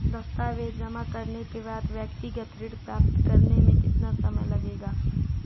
दस्तावेज़ जमा करने के बाद व्यक्तिगत ऋण प्राप्त करने में कितना समय लगेगा?